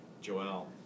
Joel